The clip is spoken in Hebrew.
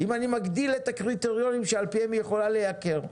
אם אני מגדיל את הקריטריונים שעל פיהם היא יכולה לייקר,